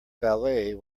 ballet